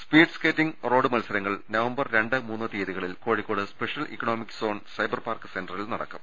speed skating road മത്സരങ്ങൾ November രണ്ട് മൂന്ന് തീയതികളിൽ Kozhikode special economic zone cyber park സെന്ററിൽ നടക്കും